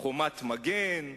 "חומת מגן",